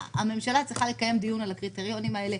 הממשלה צריכה לקיים דיון על הקריטריונים האלה.